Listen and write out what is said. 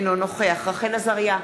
אינו נוכח רחל עזריה,